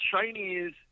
Chinese